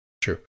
true